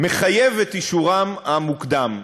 מחייב את אישורם המוקדם.